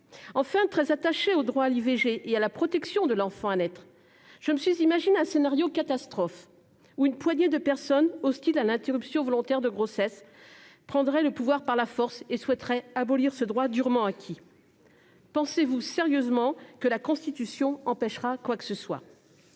Enfin, très attachée au droit à l'IVG et à la protection de l'enfant à naître, je me suis imaginé un scénario catastrophe dans lequel une poignée de personnes hostiles à l'interruption volontaire de grossesse prendraient le pouvoir par la force et souhaiteraient abolir ce droit durement acquis. Pensez-vous sérieusement que la Constitution empêcherait quoi que ce soit ?